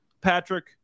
Patrick